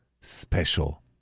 special